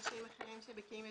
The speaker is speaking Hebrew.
(תיקון).